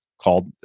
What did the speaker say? called